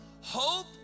Hope